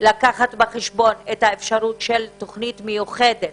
לקחת בחשבון את האפשרות של תוכנית מיוחדת